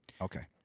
Okay